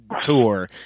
tour